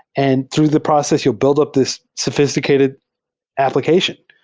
and through the process, you'll build up this sophisticated application.